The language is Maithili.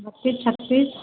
बत्तीस छत्तीस